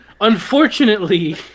unfortunately